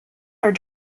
are